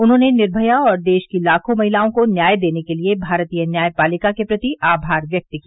उन्होंने निर्भया और देश की लाखो महिलाओं को न्याय देने के लिए भारतीय न्यायपालिका के प्रति आभार व्यक्त किया